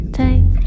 take